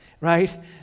right